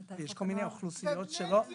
יש כל מיני אוכלוסיות ------ יואב,